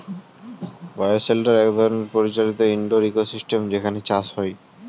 bio shelter এক ধরনের পরিচালিত ইন্ডোর ইকোসিস্টেম যেখানে চাষ হয়